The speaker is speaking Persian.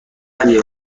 بدیه